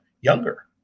younger